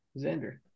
Xander